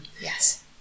Yes